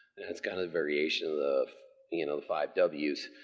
it's got a variation of you know the five w's.